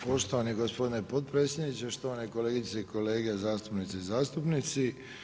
Poštovani gospodine potpredsjedniče, štovane kolegice i kolege zastupnice i zastupnici.